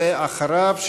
ואחריו,